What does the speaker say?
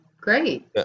great